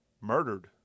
murdered